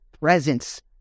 presence